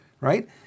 right